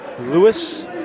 Lewis